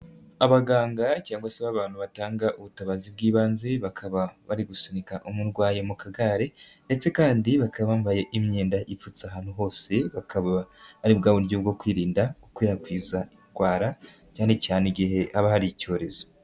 Abaganga cyangwa se ba bantu batanga ubutabazi bw'ibanze bakaba bari gusunika umurwayi mu kagare ndetse kandi bakaba bambaye imyenda ipfutse ahantu hose bakaba ari bwa buryo bwo kwirinda gukwirakwiza indwara cyane cyane igihe haba hari icyorezo.